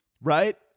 right